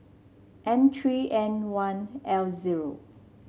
M three N one L zero